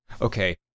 Okay